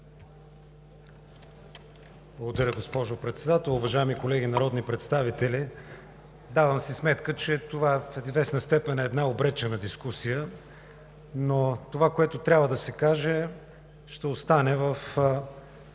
Благодаря, госпожо Председател. Уважаеми колеги народни представители, давам си сметка, че това в известна степен е една обречена дискусия. Но това, което трябва да се каже, ще остане в